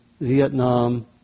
Vietnam